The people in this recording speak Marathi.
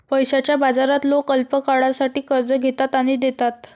पैशाच्या बाजारात लोक अल्पकाळासाठी कर्ज घेतात आणि देतात